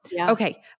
okay